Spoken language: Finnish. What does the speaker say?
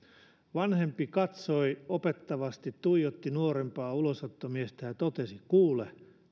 vanhempi katsoi ja opettavasti tuijotti nuorempaa ulosottomiestä ja totesi kuule